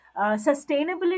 Sustainability